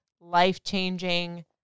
life-changing